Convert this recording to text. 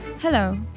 Hello